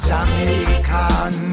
Jamaican